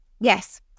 Yes